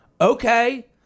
okay